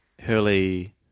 Hurley